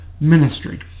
ministry